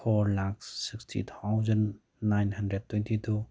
four lakhs sixty thousand nine hundred twenty two